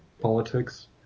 politics